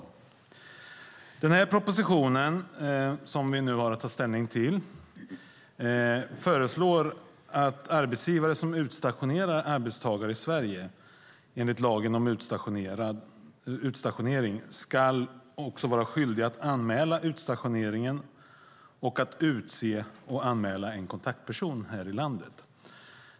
I den proposition som vi nu har att ta ställning till föreslås att arbetsgivare som utstationerar arbetstagare i Sverige enligt lagen om utstationering ska vara skyldiga att anmäla utstationeringen och utse och anmäla en kontaktperson här i landet.